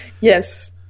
Yes